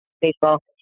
baseball